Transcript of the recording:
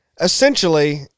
essentially